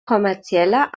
kommerzieller